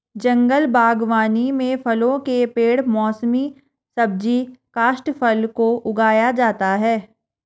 जंगल बागवानी में फलों के पेड़ मौसमी सब्जी काष्ठफल को उगाया जाता है